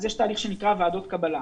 יש תהליך שנקרא ועדות קבלה.